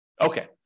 okay